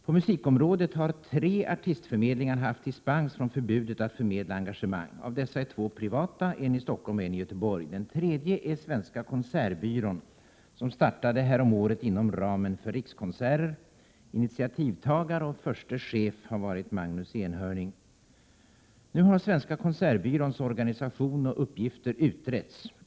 På musikområdet har tre artistförmedlingar fått dispens från förbudet mot att förmedla engagemang. Av dessa är två privata — en i Stockholm och en i Göteborg. Den tredje är Svenska Konsertbyrån, som startade häromåret inom ramen för Rikskonserter. Initiativtagare och förste chef har varit Magnus Enhörning. Nu har Svenska Konsertbyråns organisation och uppgifter utretts.